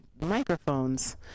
microphones